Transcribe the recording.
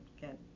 get